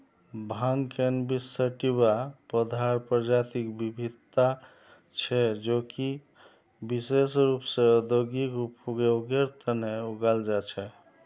भांग cannabis sativa पौधार प्रजातिक विविधता छे जो कि विशेष रूप स औद्योगिक उपयोगेर तना उगाल जा छे